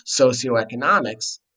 socioeconomics